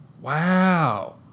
wow